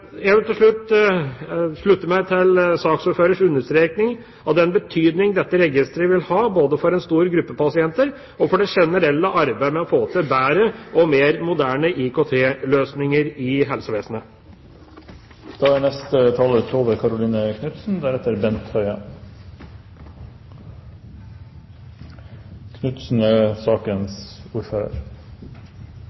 Jeg vil til slutt slutte meg til saksordførerens understrekning av den betydning dette registeret vil ha både for en stor gruppe pasienter og for det generelle arbeidet med å få til bedre og mer moderne IKT-løsninger i